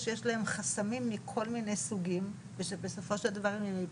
ומביאים אותם לפעמים או למצבי קיצון